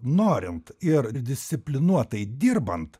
norint ir disciplinuotai dirbant